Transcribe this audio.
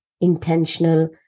intentional